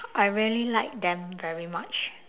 I really like them very much